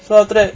so after that